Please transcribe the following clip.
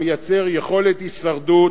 המייצר יכולת הישרדות,